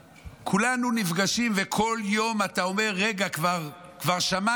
שכולנו פוגשים, וכל יום אתה אומר: רגע, כבר שמעתי.